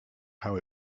how